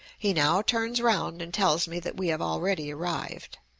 he now turns round and tells me that we have already arrived.